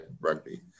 rugby